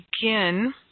begin